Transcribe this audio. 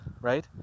right